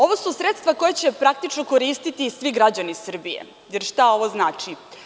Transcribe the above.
Ovo su sredstva koja će koristiti svi građani Srbije, jer šta ovo znači?